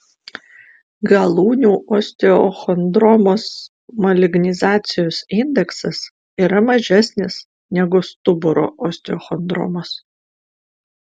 galūnių osteochondromos malignizacijos indeksas yra mažesnis negu stuburo osteochondromos